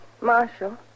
Marshal